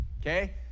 okay